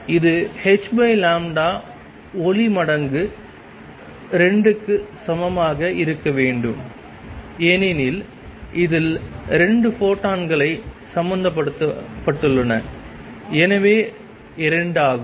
இது h ஒளி மடங்கு 2 க்கு சமமாக இருக்க வேண்டும் ஏனெனில் இதில் 2 ஃபோட்டான்கள் சம்பந்தப்பட்டுள்ளன எனவே 2 ஆகும்